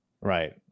Right